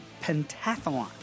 pentathlon